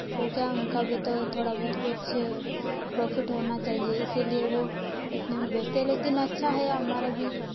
वो क्या उनका भी तो थोड़ा बहुत कुछ प्रॉफिट होना चाहिए इसलिए वो इतने में बेचते हैं लेकिन अच्छा है हमारा भी